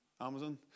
Amazon